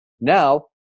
Now